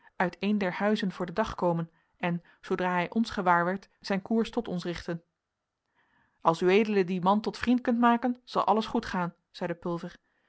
uit een der huizen voor den dag komen en zoodra hij ons gewaarwerd zijn koers tot ons richten als ued dien man tot vriend kunt maken zal alles goed gaan zeide pulver